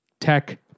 tech